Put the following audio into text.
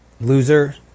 Loser